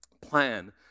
plan